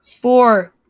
Four